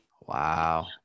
Wow